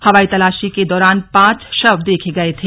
हवाई तलाशी के दौरान पांच शव देखे गए थे